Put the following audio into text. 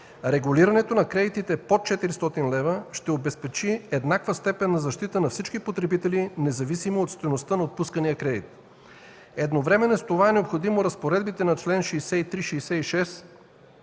Регулирането на кредитите под 400 лв. ще обезпечи еднаква степен на защита на всички потребители, независимо от стойността на отпускания кредит. Едновременно с това е необходимо разпоредбите на чл. 63-66